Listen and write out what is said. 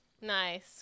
Nice